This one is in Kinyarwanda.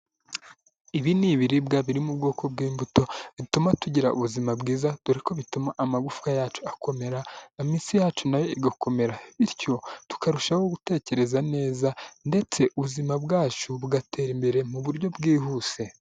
ibi ni ibiribwa biri mu bwoko bw'imbuto bituma tugira ubuzima bwiza dore ko bituma amagupfa yacu akomera musi yacu nayo igakomera bityo tukarushaho gutekereza neza ndetse ubuzima bwacu bugatera imbere mu buryo bwihuse.